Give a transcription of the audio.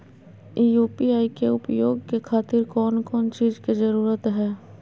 UPI के उपयोग के खातिर कौन कौन चीज के जरूरत है?